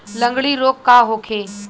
लगंड़ी रोग का होखे?